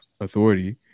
Authority